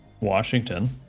Washington